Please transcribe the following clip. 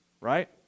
Right